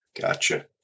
Gotcha